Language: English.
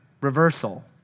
reversal